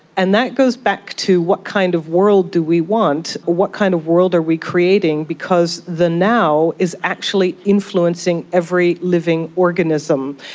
and that goes back to what kind of world do we want or what kind of world are we creating because the now is actually influencing every living organism.